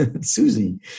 Susie